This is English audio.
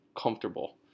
comfortable